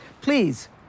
please